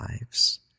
lives